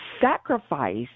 sacrifice